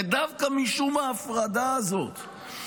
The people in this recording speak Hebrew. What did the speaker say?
ודווקא משום ההפרדה הזאת,